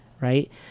right